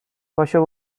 پاشو